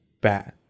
bad